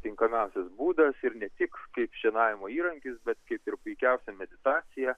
tinkamiausias būdas ir ne tik kaip šienavimo įrankis bet jis ir puikiausia meditacija